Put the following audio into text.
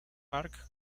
park